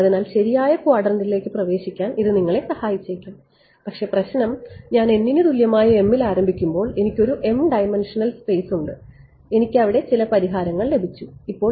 അതിനാൽ ശരിയായ ക്വാഡ്രന്റിലേക്ക് പ്രവേശിക്കാൻ ഇത് നിങ്ങളെ സഹായിച്ചേക്കാം പക്ഷേ പ്രശ്നം ഞാൻ n ന് തുല്യമായ m ൽ ആരംഭിക്കുമ്പോൾ എനിക്ക് ഒരു m ഡൈമൻഷണൽ സ്പെയ്സ് ഉണ്ട് എനിക്ക് അവിടെ ചില പരിഹാരങ്ങൾ ലഭിച്ചു ഇപ്പോൾ